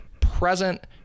present